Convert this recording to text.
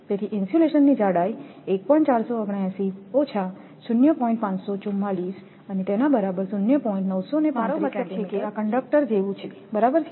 તેથી ઇન્સ્યુલેશનની જાડાઈ છેમારો મતલબ છે કે આ કંડક્ટર જેવું છે ખરું